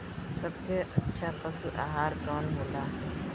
सबसे अच्छा पशु आहार कवन हो ला?